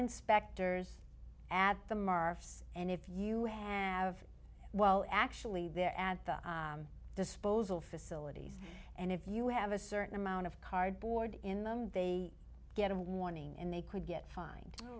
inspectors at the march and if you have well actually they're at the disposal facilities and if you have a certain amount of cardboard in them they get of warning and they could get fine